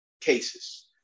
cases